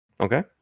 Okay